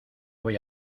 voy